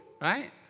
right